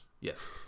Yes